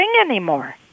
anymore